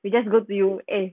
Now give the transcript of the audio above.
we just go B_O_A